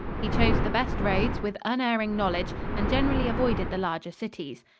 he chose the best roads with unerring knowledge and generally avoided the larger cities.